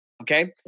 Okay